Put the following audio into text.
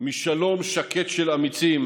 משלום שקט של אמיצים